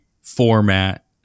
format